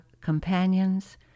Companions